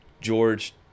George